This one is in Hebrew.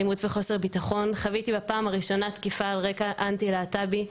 אלימות וחוסר ביטחון: "חוויתי בפעם הראשונה תקיפה על רקע אנטי להט"בי.